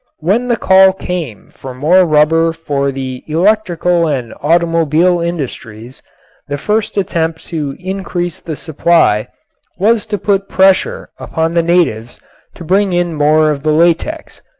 when the call came for more rubber for the electrical and automobile industries the first attempt to increase the supply was to put pressure upon the natives to bring in more of the latex.